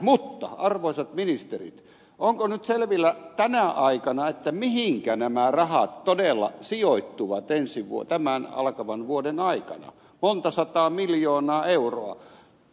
mutta arvoisat ministerit onko nyt selvillä tänä aikana mihinkä nämä rahat todella sijoittuvat tämän alkavan vuoden aikana monta sataa miljoonaa euroa